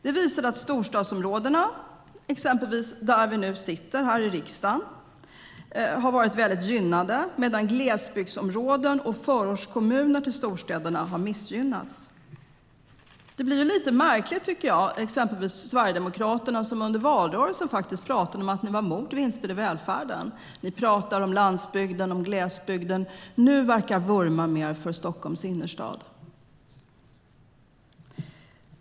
Det visar att storstadsområdena, exempelvis där vi nu sitter här i riksdagen, har varit väldigt gynnade medan glesbygdsområden och förortskommuner till storstäderna har missgynnats. Det blir lite märkligt. Ni i Sverigedemokraterna talade exempelvis under valrörelsen om att ni var mot vinster i välfärden. Ni talar om landsbygden och glesbygden. Nu verkar ni vurma mer för Stockholms innerstad.